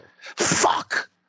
Fuck